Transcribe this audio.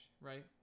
right